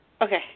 Okay